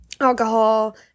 alcohol